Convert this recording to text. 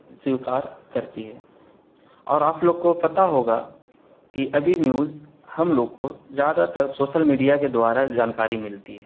سویکار کرتی ہے اور آپ لوگ کو پتا ہوگا کہ ابھی نیوز ہم لوگ کو زیادہ تر سوسل میڈیا کے دوارا جانکاری ملتی ہے